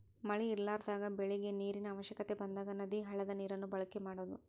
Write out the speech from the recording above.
ಮಳಿ ಇರಲಾರದಾಗ ಬೆಳಿಗೆ ನೇರಿನ ಅವಶ್ಯಕತೆ ಬಂದಾಗ ನದಿ, ಹಳ್ಳದ ನೇರನ್ನ ಬಳಕೆ ಮಾಡುದು